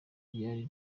ryari